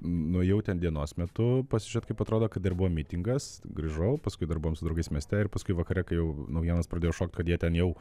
nuėjau ten dienos metu pasižiūrėt kaip atrodo kai dar buvo mitingas grįžau paskui dar buvom su draugais mieste ir paskui vakare kai jau naujienos pradėjo šokt kad jie ten jau